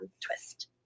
twist